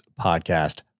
podcast